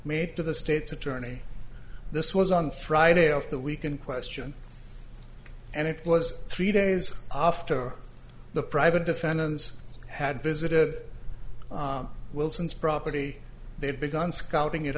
made to the state's attorney this was on friday of the week and question and it was three days after the private defendants had visited wilson's property they had begun scouting it